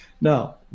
Now